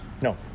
No